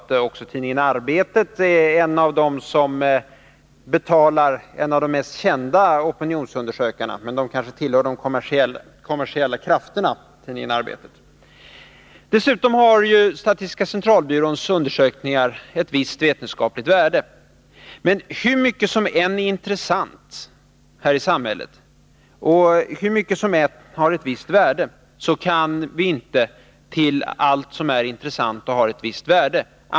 Tidningen Arbetet är en av dem som betalar en av de mest kända opinionsundersökningarna. Men tidningen Arbetet kanske tillhör ”de kommersiella krafterna”? Dessutom har statistiska centralbyråns undersökningar ett visst vetenskapligt värde. Men vi kan inte anslå statliga miljoner till allt som är intressant här i samhället och till allt som har ett visst värde!